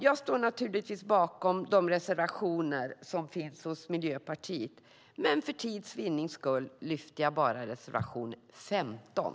Jag står naturligtvis bakom Miljöpartiets reservationer, men för tids vinnande yrkar jag bifall bara till reservation 15.